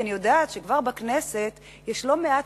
כי אני יודעת שבכנסת כבר יש לא מעט